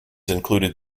included